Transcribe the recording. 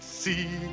see